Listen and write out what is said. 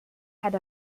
had